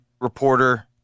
reporter